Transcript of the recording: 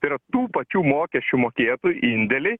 tai yra tų pačių mokesčių mokėtojų indėliai